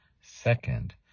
Second